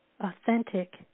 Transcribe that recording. authentic